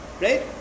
right